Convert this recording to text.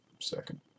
second